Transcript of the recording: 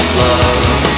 love